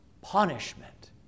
punishment